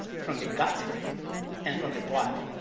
from the gut and from the blood,